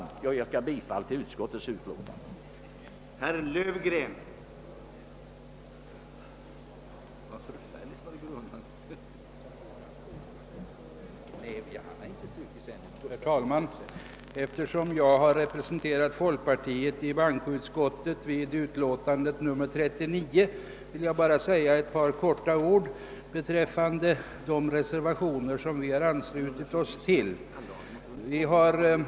Jag ber att få yrka bifall till statsutskottets hemställan i dess utlåtande nr 121.